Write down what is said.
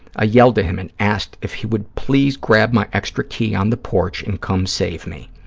ah yelled to him and asked if he would please grab my extra key on the porch and come save me.